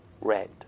Red